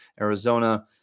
Arizona